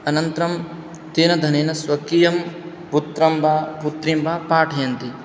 अनन्तरं तेन धनेन स्वकीयं पुत्रं वा पुत्रीं वा पाठयन्ति